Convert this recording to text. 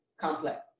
complex